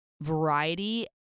variety